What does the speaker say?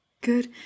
Good